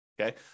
okay